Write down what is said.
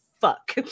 fuck